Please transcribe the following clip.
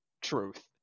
truth